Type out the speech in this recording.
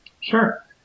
Sure